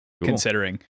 Considering